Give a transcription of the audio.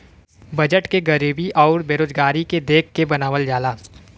budget के गरीबी आउर बेरोजगारी के देख के बनावल जाला